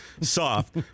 soft